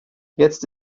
jetzt